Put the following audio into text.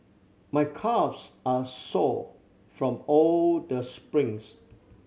my calves are sore from all the sprints